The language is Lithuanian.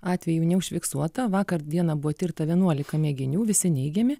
atvejų neužfiksuota vakar dieną buvo tirta vienuolika mėginių visi neigiami